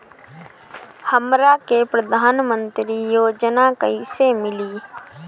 हमरा के प्रधानमंत्री योजना कईसे मिली?